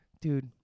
dude